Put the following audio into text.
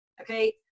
okay